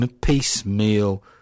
piecemeal